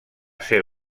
ser